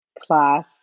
class